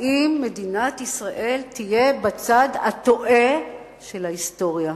מדינת ישראל תהיה בצד הטועה של ההיסטוריה.